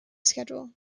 schedule